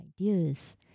ideas